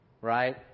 right